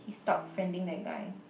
he stopped friending that guy